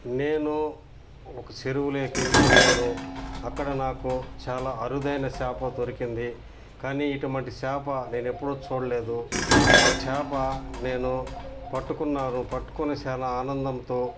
నేను ఒక చెరువులోకి వెళ్ళాను అక్కడ నాకు చాలా అరుదైన చేప దొరికింది కానీ ఇటుమంటి చేప నేనెప్పుడూ చూడలేదు ఆ చేప నేను పట్టుకున్నాను పట్టుకుని చాలా ఆనందంతో